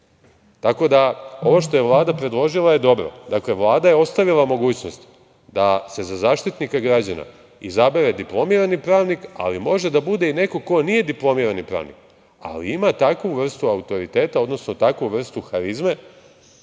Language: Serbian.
da, ovo što je Vlada predložila je dobro. Dakle, Vlada je ostavila mogućnost da se za Zaštitnika građana izabere diplomirani pravnik, ali može da bude i neko ko nije diplomirani pravnik, ali ima takvu vrstu autoriteta, odnosno takvu vrstu harizme